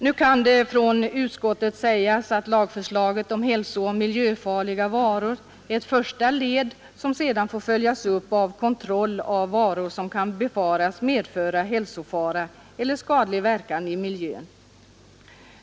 Nu kan det från utskottet sägas att lagförslaget om hälsooch miljöfarliga varor är ett första led, som sedan får följas upp av kontroll av varor som kan befaras medföra hälsofara eller skadlig verkan i miljön.